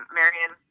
Marion